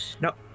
Nope